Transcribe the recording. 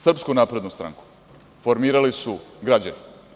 Srpsku naprednu stranku formirali su građani.